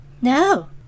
No